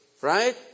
right